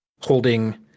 holding